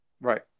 Right